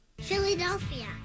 Philadelphia